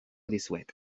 dizuet